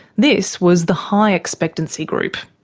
this was the high expectancy group.